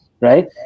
right